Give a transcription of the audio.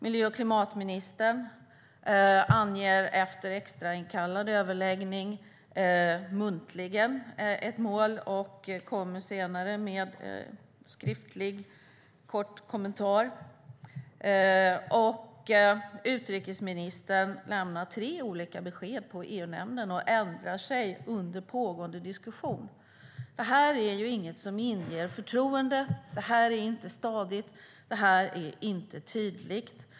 Miljö och klimatministern angav efter extrainkallad överläggning ett mål muntligen och kom senare med en skriftlig kort kommentar. Utrikesministern lämnade tre olika besked på EU-nämnden och ändrade sig under pågående diskussion. Det inger inte förtroende, det är inte stadigt och det är inte tydligt.